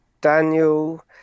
Daniel